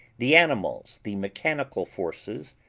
the animals, the mechanical forces,